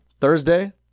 Thursday